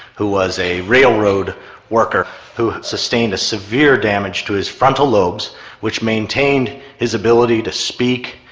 who was a railroad worker who sustained a severe damage to his frontal lobes which maintained his ability to speak,